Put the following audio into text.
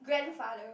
grandfather